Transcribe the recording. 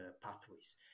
pathways